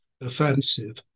offensive